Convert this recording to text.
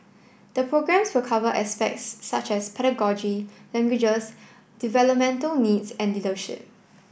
the programmes will cover aspects such as pedagogy languages developmental needs and leadership